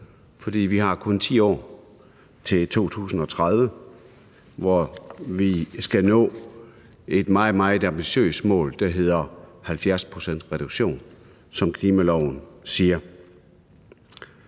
fordi vi kun har 10 år til 2030, hvor vi skal nå et meget, meget ambitiøst mål, der hedder 70-procentsreduktion, som klimaloven siger.